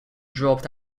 dropped